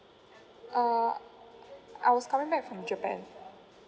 uh I was coming back from japan